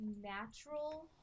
natural